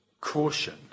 caution